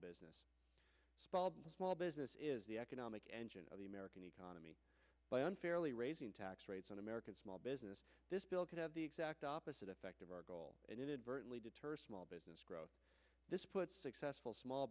business small business is the economic engine of the american economy by unfairly raising tax rates on american small business this bill could have the exact opposite effect of our goal and inadvertently deter small business growth this puts successful small